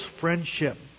friendship